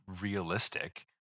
realistic